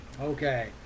okay